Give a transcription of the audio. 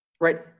Right